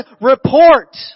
report